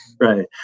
Right